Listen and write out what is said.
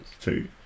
Two